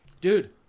dude